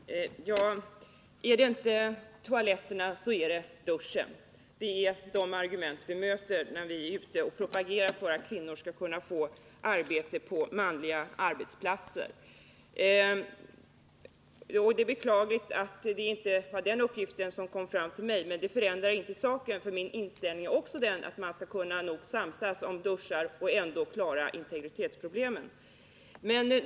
Herr talman! Är det inte toaletterna så är det duschen — det är de argument vi möter när vi är ute och propagerar för att kvinnor skall kunna få arbete på manliga arbetsplatser. Det är beklagligt att det inte kom fram till mig att det rörde sig om duschen i det här fallet, men det förändrar inte saken. Min inställning är att man skall kunna samsas också om duschar och ändå klara integritetsproblemen.